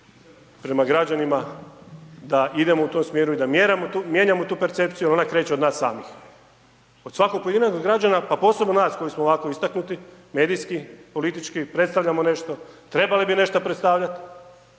prema građanima da idemo u tom smjeru i da mijenjamo tu percepciju jer ona kreće od nas samih, od svakog pojedinačnog građana pa posebno nas koji smo ovako istaknuti medijski, politički, predstavljamo nešto, trebali nešto predstavljat,